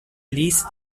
liste